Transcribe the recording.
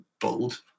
bold